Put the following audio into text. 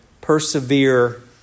persevere